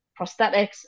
prosthetics